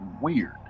weird